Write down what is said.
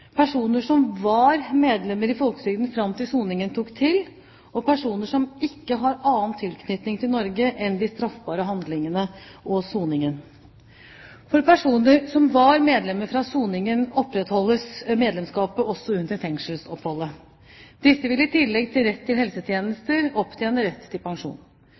personer som var medlemmer i folketrygden fram til soningen tok til, og personer som ikke har annen tilknytning til Norge enn de straffbare handlingene og soningen. For personer som var medlemmer fram til soningen, opprettholdes medlemskapet også under fengselsoppholdet. Disse vil i tillegg til rett til helsetjenester opptjene rett til pensjon.